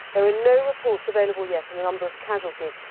there are no reports available yet on the number of casualties,